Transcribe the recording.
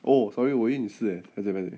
oh sorry 我以为你是 eh paiseh paiseh